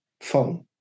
phone